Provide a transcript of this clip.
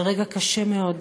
זה רגע קשה מאוד.